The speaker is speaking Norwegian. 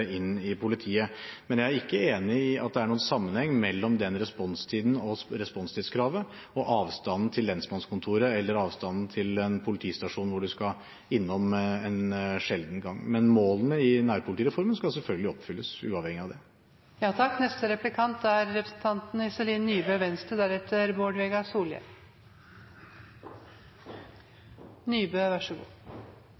inn i politiet. Men jeg er ikke enig i at det er noen sammenheng mellom responstiden og responstidskravet, og avstanden til lensmannskontoret eller avstanden til en politistasjon hvor man skal innom en sjelden gang. Men målene i nærpolitireformen skal selvfølgelig oppfylles, uavhengig av det.